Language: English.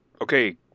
okay